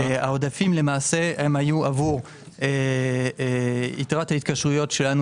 העודפים למעשה היו עבור יתרת ההתקשרויות שלנו